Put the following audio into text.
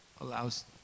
allows